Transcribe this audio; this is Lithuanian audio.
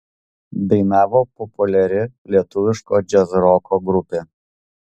dainavo populiari lietuviško džiazroko grupė